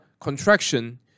contraction